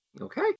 Okay